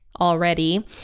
already